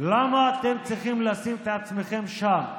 למה אתם צריכים לשים את עצמכם שם?